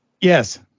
Yes